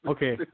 Okay